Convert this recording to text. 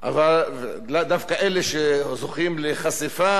אבל דווקא אלה שזוכים לחשיפה,